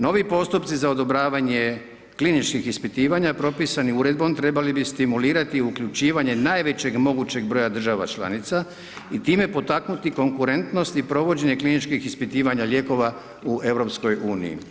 Novi postupci za odobravanje kliničkih ispitivanja, propisanih uredbom, trebali bi stimulirati uključivanje najvećeg mogućeg broja država članica i time potaknuti konkretnost i provođenje kliničkih ispitivanja lijekova u EU.